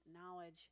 knowledge